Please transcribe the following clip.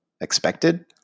expected